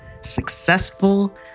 successful